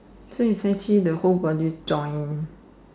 so it's actually the whole body joint